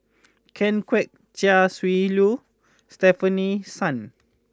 Ken Kwek Chia Shi Lu Stefanie Sun